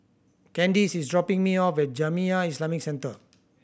Candice is dropping me off at Jamiyah Islamic Centre